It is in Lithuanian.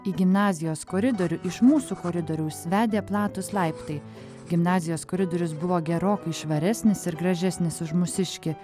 į gimnazijos koridorių iš mūsų koridoriaus vedė platūs laiptai gimnazijos koridorius buvo gerokai švaresnis ir gražesnis už mūsiškį